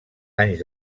anys